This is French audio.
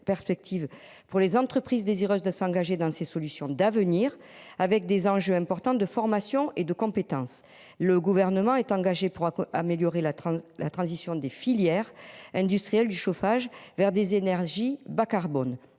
perspectives pour les entreprises désireuses de s'engager dans ces solutions d'avenir avec des enjeux importants de formation et de compétences. Le gouvernement est engagé pour améliorer la la transition des filières industrielles du chauffage vers des énergies bas-carbone